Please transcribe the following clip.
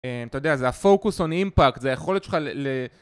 אתה יודע, זה ה-focus on impact, זה יכול להיות שלך ל...